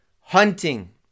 hunting